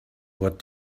what